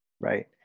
right